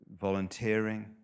volunteering